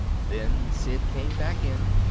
then sid came back in,